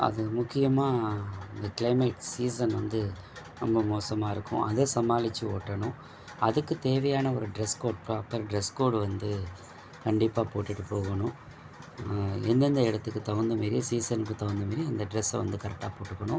அது முக்கியமாக இந்த க்ளைமேட் சீசன் வந்து ரொம்ப மோசமாக இருக்கும் அதை சமாளித்து ஓட்டணும் அதுக்கு தேவையான ஒரு dress code proper dress code வந்து கண்டிப்பாக போட்டுகிட்டு போகணும் எந்தெந்த இடத்துக்கு தகுந்த மாரி சீசனுக்கு தகுந்த மாரி அந்த ட்ரெஸ்ஸை வந்து கரெக்டாக போட்டுக்கணும்